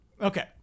Okay